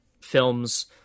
films